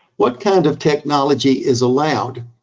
what kind of technology is allowed?